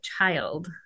child